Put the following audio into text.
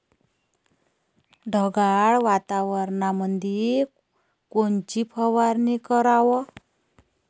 ढगाळ वातावरणामंदी कोनची फवारनी कराव?